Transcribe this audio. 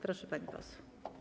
Proszę, pani poseł.